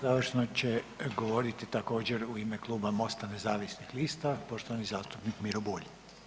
Završno će govoriti također u ime Kluba MOST-a nezavisnih lista poštovani zastupnik Miro Bulj.